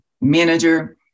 manager